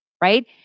right